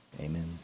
Amen